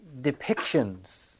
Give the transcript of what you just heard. depictions